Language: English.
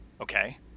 okay